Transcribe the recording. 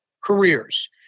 careers